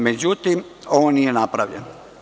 Međutim, on nije napravljen.